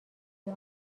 این